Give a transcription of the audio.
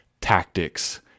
tactics